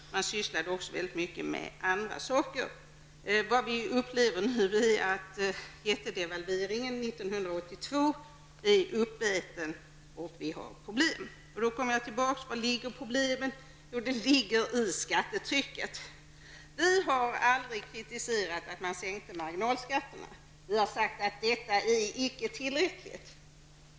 Man har även sysslat mycket med andra saker. Nu upplever vi att jättedevalveringen från 1982 är uppäten och att det finns problem. Jag kommer då tillbaks till frågan om var problemet ligger. Det ligger i skattetrycket. Moderaterna har aldrig kritiserat att marginalskatterna har sänkts. Men vi har sagt att det är icke tillräckligt.